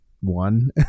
one